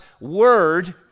word